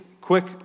quick